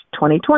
2020